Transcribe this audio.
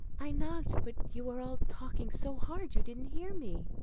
i knocked, but you were all talking so hard, you didn't hear me.